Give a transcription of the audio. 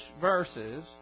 verses